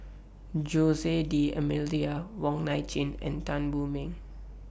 Jose D'almeida Wong Nai Chin and Tan Wu Meng